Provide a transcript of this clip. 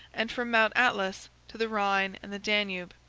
and from mount atlas to the rhine and the danube.